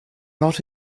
not